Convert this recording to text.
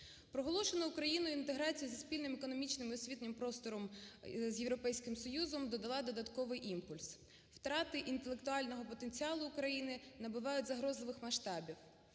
Проголошена Україною інтеграція зі спільним економічним і освітнім простором з Європейським Союзом додала додатковий імпульс, втрати інтелектуального потенціалу України набувають загрозливих масштабів.